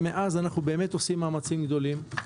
ומאז אנחנו באמת עושים מאמצים גדולים.